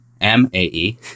M-A-E